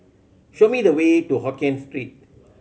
show me the way to Hokkien Street